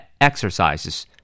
exercises